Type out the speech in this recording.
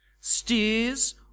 steers